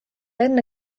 enne